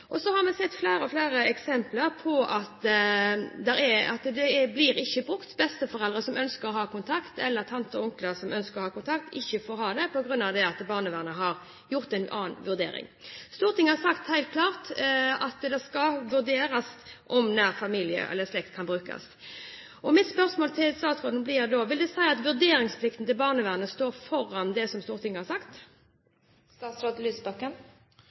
blir brukt. Besteforeldre eller tanter og onkler som ønsker å ha kontakt, får ikke ha det på grunn av at barnevernet har gjort en annen vurdering. Stortinget har helt klart sagt at det skal vurderes om nær familie eller slekt kan brukes. Mitt spørsmål til statsråden blir da: Vil det si at vurderingsplikten til barnevernet går foran det som Stortinget har sagt?